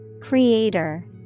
Creator